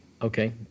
Okay